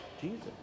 Jesus